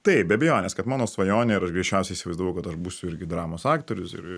taip be abejonės kad mano svajonė ir aš greičiausiai įsivaizdavau kad aš būsiu irgi dramos aktorius ir